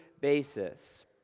basis